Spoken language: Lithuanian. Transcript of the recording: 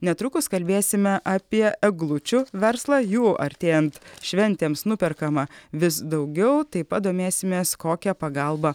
netrukus kalbėsime apie eglučių verslą jų artėjant šventėms nuperkama vis daugiau taip pat domėsimės kokią pagalbą